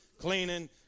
cleaning